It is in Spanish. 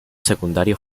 secundario